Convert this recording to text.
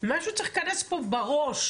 משהו צריך להיכנס פה בראש,